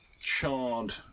charred